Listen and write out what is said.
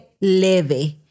leve